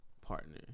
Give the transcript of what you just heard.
partner